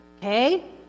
okay